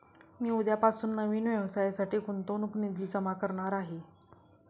मी उद्यापासून नवीन व्यवसायासाठी गुंतवणूक निधी जमा करणार आहे